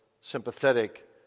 sympathetic